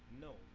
no